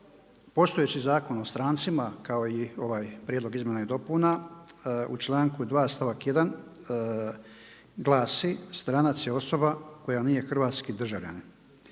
postojeći Zakon o strancima kao i ovaj prijedlog izmjena i dopuna u članku 2. stavak 1. glasi: „Stranac je osoba koja nije hrvatski državljanin.“